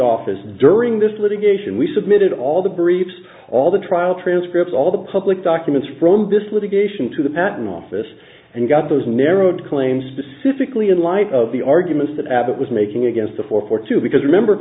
office during this litigation we submitted all the briefs all the trial transcripts all the public documents from this litigation to the patent office and got those narrowed claims specifically in light of the arguments that abbott was making against the four for two because remember